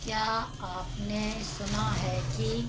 क्या आपने सुना है कि